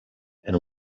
and